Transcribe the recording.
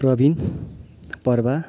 Praveen Prabha